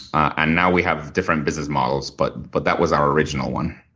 and now we have different business models. but but that was our original one.